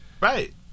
right